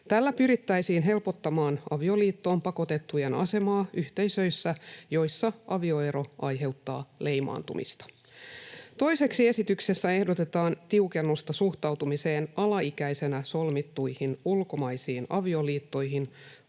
Tällä pyrittäisiin helpottamaan avioliittoon pakotettujen asemaa yhteisöissä, joissa avioero aiheuttaa leimaantumista. Toiseksi esityksessä ehdotetaan tiukennusta suhtautumiseen alaikäisenä solmittuihin ulkomaisiin avioliittoihin,